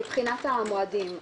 מבחינת המועדים,